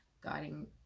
guiding –